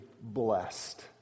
blessed